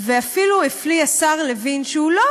ואפילו הפליא השר לוין, שהוא לא